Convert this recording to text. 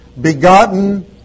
begotten